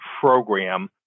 program